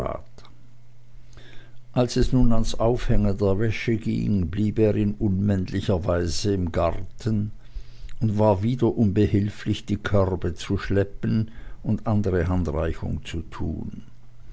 als es nun ans aufhängen der wäsche ging blieb er in unmännlicher weise im garten und war wiederum behilflich die körbe zu schleppen und andere handreichungen zu tun